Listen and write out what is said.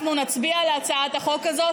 אנחנו נצביע על הצעת החוק הזאת,